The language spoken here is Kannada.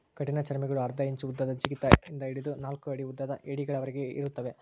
ಕಠಿಣಚರ್ಮಿಗುಳು ಅರ್ಧ ಇಂಚು ಉದ್ದದ ಜಿಗಿತ ಇಂದ ಹಿಡಿದು ನಾಲ್ಕು ಅಡಿ ಉದ್ದದ ಏಡಿಗಳವರೆಗೆ ಇರುತ್ತವೆ